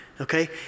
Okay